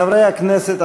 חברי הכנסת,